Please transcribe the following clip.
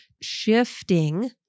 shifting